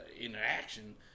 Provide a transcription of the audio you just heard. interaction